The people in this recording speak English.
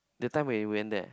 that time when you went there